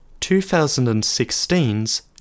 2016's